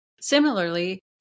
Similarly